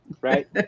Right